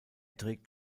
trägt